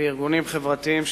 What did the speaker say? וארגונים חברתיים,